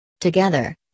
Together